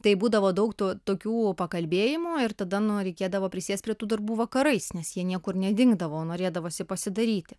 tai būdavo daug tų tokių pakalbėjimų ir tada nu reikėdavo prisėst prie tų darbų vakarais nes jie niekur nedingdavo norėdavosi pasidaryti